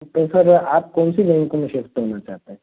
तो सर आप कौन सी बैंक में शिफ़्ट होना चाहते हैं